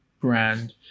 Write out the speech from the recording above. brand